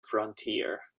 frontier